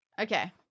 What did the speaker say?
Okay